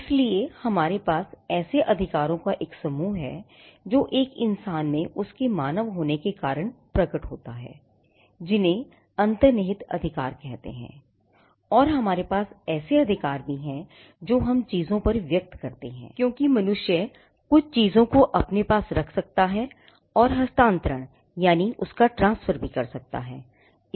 इसलिए हमारे पास ऐसे अधिकारों का एक समूह है जो एक इंसान में उसके मानव होने के कारण प्रकट होता है जिन्हें अंतर्निहित अधिकार कहते हैं और हमारे पास ऐसे अधिकार भी हैं जो हम चीजों पर व्यक्त करते हैं क्योंकि मनुष्य कुछ चीजों को अपने पास रख सकता है और हस्तांतरण कर सकता है